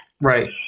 Right